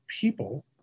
people